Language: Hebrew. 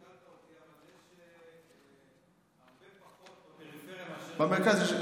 יש הרבה פחות בפריפריה מאשר --- במרכז יש,